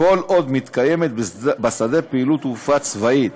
כל עוד מתקיימת בשדה פעילות תעופה צבאית.